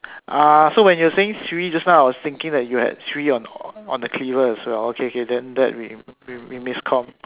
ah so when you're saying three just now I was thinking that you had three on the cleaver as well okay K then that we we miscomm